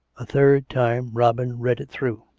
a third time robin read it through.